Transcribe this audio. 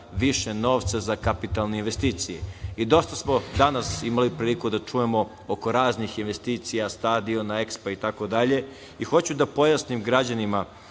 više novca za kapitalne investicije. Dosta smo danas imali priliku da čujemo oko raznih investicija, stadiona, EKSPO, i tako dalje i hoću da pojasnim građanima